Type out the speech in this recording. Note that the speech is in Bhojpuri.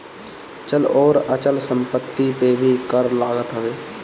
चल अउरी अचल संपत्ति पे भी कर लागत हवे